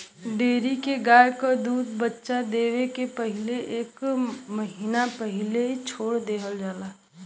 dairy के गइया क दूध बच्चा देवे के पहिले एक महिना पहिले छोड़ देवल जाला